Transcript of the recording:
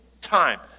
time